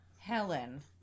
Helen